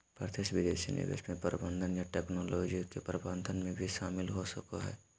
प्रत्यक्ष विदेशी निवेश मे प्रबंधन या टैक्नोलॉजी के प्रावधान भी शामिल हो सको हय